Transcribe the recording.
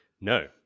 No